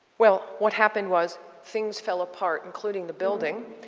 well, what happened was things fell apart including the building.